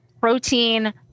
protein